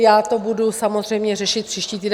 já to budu samozřejmě řešit příští týden.